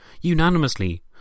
unanimously